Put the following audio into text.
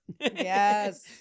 Yes